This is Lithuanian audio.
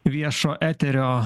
viešo eterio